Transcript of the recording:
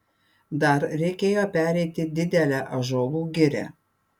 dar reikėjo pereiti didelę ąžuolų girią